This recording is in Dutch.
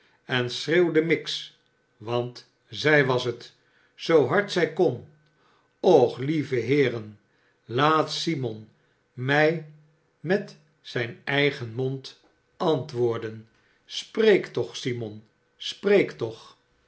en schreeuwde miggs want zij was het zoo hard zij kon och lieve heeren laat simon mij met zijn eigen mond ant woorden spreek toch simon spreek toch